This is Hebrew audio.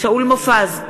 שאול מופז,